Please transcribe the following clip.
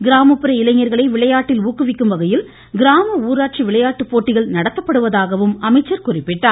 கிராமப்புற இளைஞர்களை விளையாட்டில் ஊக்குவிக்கும் வகையில் கிராம ஊராட்சி விளையாட்டு போட்டிகள் நடத்தப்படுவதாகவும் குறிப்பிட்டார்